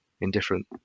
indifferent